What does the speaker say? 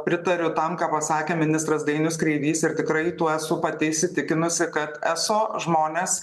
pritariu tam ką pasakė ministras dainius kreivys ir tikrai tuo esu pati įsitikinusi kad eso žmonės